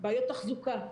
בעיות תחזוקה.